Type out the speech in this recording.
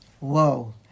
Whoa